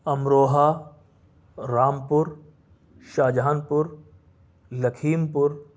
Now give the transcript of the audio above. Amroha Rampur Shahjahanpur لکھیم پور